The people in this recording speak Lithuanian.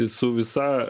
su visa